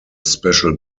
special